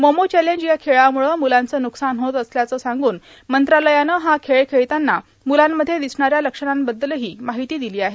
momo challenge या खेळामुळं मुलांचं नुकसान होत असल्याचं सांगून मंत्रालयानं हा खेळ खेळताना मुलांमध्ये दिसणाऱ्या लक्षणांबद्दलही माहिती दिली आहे